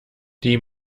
die